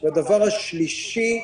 והדבר השלישי,